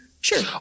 Sure